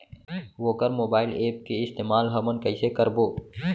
वोकर mobile app के इस्तेमाल हमन कइसे करबो?